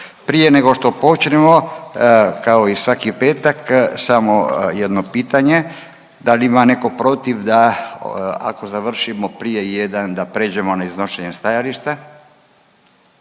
Prije nego što počnemo, kao i svaki petak samo jedno pitanje, da li ima neko protiv da ako završimo prije jedan da pređemo na iznošenje stajališta?